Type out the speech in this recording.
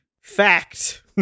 Fact